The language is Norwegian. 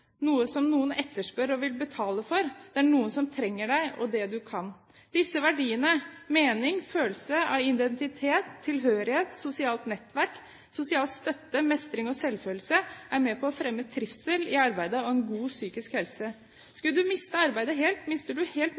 noe som noen etterspør og vil betale for. Det er noen som trenger deg og det du kan. Disse verdiene – mening, følelse av identitet, tilhørighet, sosialt nettverk, sosial støtte, mestring og selvfølelse – er med på å fremme trivsel i arbeidet og en god psykisk helse. Skulle du miste arbeidet helt, mister du helt